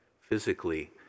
physically